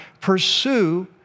pursue